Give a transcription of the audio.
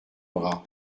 bras